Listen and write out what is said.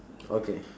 okay